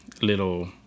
little